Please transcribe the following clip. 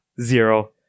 zero